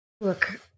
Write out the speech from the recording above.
Look